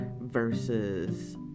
versus